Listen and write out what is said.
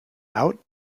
out